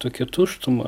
tokią tuštumą